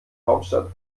hauptstadt